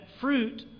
fruit